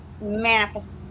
manifest